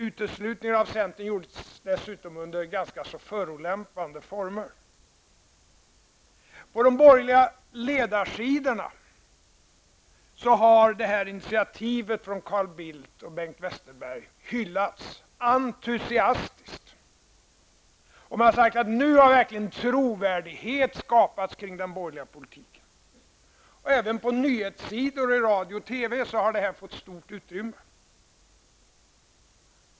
Uteslutningen av centern gjordes dessutom under ganska förolämpande former. På de borgerliga ledarsidorna har det här initiativet från Carl Bildt och Bengt Westerberg hyllats entusiastiskt. Man har sagt att nu har verkligen trovärdighet skapats kring den borgerliga politiken. Även på nyhetssidor, i radio och i TV har det här fått stort utrymme.